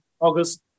August